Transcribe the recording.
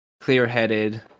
clear-headed